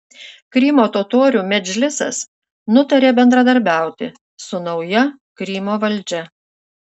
krymo totorių medžlisas nutarė bendradarbiauti su nauja krymo valdžia